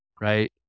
right